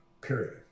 period